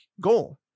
goal